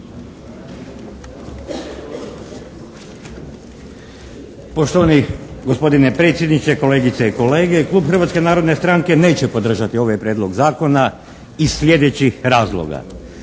Poštovani gospodine predsjedniče, kolegice i kolege. Klub Hrvatske narodne stranke neće podržati ovaj Prijedlog zakona iz sljedećih razloga.